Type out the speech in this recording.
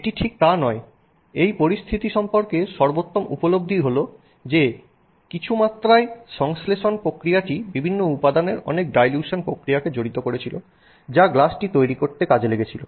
এটি ঠিক তা নয় এই পরিস্থিতি সম্পর্কে সর্বোত্তম উপলব্ধি হল যে কিছু মাত্রায় সংশ্লেষণ প্রক্রিয়াটি বিভিন্ন উপাদানের অনেক ডাইলিউশন প্রক্রিয়াকে জড়িত করেছিল যা গ্লাসটি তৈরি করতে কাজে লেগেছিল